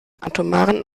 atomaren